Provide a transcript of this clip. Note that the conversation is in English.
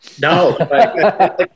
no